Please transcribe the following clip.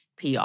PR